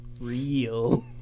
Real